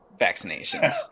vaccinations